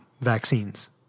vaccines